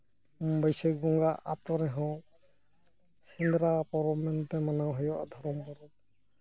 ᱵᱟᱹᱭᱥᱟᱹᱠᱷ ᱵᱚᱸᱜᱟᱼᱵᱚᱸᱜᱟ ᱟᱹᱛᱩ ᱨᱮᱦᱚᱸ ᱥᱮᱸᱫᱽᱨᱟ ᱯᱚᱨᱚᱵᱽ ᱢᱮᱱᱛᱮ ᱢᱟᱱᱟᱣ ᱦᱩᱭᱩᱜᱼᱟ ᱫᱷᱚᱨᱚᱢ ᱯᱚᱨᱚᱵᱽ